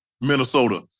Minnesota